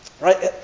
Right